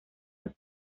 los